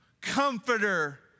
Comforter